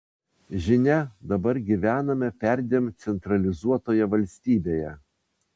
žinia dabar gyvename perdėm centralizuotoje valstybėje